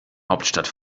hauptstadt